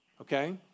okay